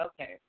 Okay